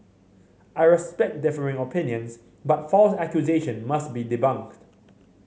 I respect differing opinions but false accusation must be debunked